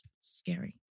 Scary